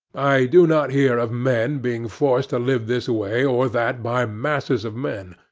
i do not hear of men being forced to live this way or that by masses of men.